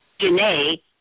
Janae